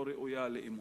לא ראויה לאמון.